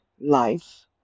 life